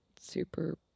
super